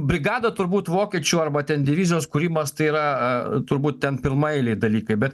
brigada turbūt vokiečių arba ten divizijos kūrimas tai yra turbūt ten pirmaeiliai dalykai bet